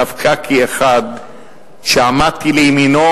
דווקא כאחד שעמד לימינו,